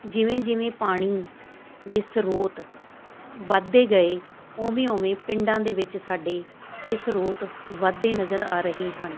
ਜਿਵੇਂ ਜਿਵੇਂ ਪਾਣੀ ਦੇ ਸਰੋਤ ਵਧਦੇ ਗਏ ਉਵੇਂ ਉਵੇਂ ਪਿੰਡਾਂ ਦੇ ਵਿੱਚ ਸਾਡੇ ਇਹ ਸਰੋਤ ਵੱਧਦੇ ਨਜ਼ਰ ਆ ਰਹੇ ਹਨ